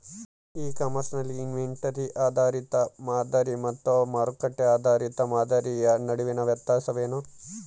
E commerce ನಲ್ಲಿ inventory ಆಧಾರಿತ ಮಾದರಿ ಮತ್ತು ಮಾರುಕಟ್ಟೆ ಆಧಾರಿತ ಮಾದರಿಯ ನಡುವಿನ ವ್ಯತ್ಯಾಸಗಳೇನು?